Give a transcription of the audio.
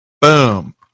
boom